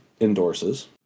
endorses